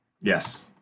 Yes